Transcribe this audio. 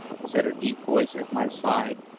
said a deep voice at my side,